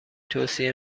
توصیه